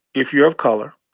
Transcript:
if you're of color,